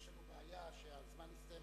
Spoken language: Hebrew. יש בעיה, שהזמן הסתיים.